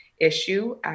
issue